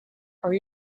are